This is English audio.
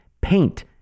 paint